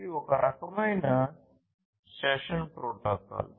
ఇది ఒక రకమైన సెషన్ ప్రోటోకాల్